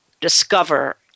discover